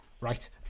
Right